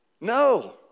No